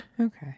Okay